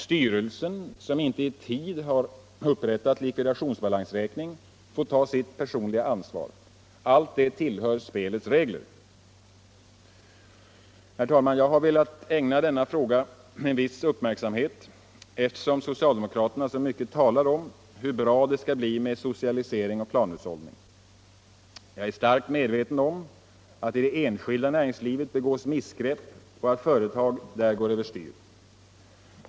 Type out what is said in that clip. Styrelsen, som inte i tid upprättat likvidationsbalansräkning, får ta sitt personliga ansvar. Allt detta tillhör spelets regler. Herr talman! Jag har velat ägna denna fråga en viss uppmärksamhet eftersom socialdemokraterna så mycket talar om hur bra det skall bli med socialisering och planhushållning. Jag är starkt medveten om att det i det enskilda näringslivet begås missgrepp och att företag där går över styr.